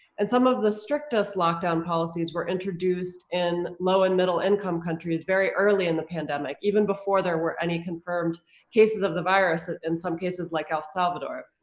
and some of the strictest lockdown policies were introduced in low and middle income countries very early in the pandemic, even before there were any confirmed cases of the virus, ah in some cases like el salvador.